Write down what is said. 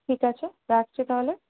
ঠিক আছে রাখছি তাহলে